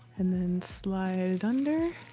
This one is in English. and then slide under,